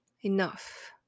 enough